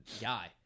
guy